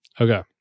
Okay